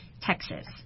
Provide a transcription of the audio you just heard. texas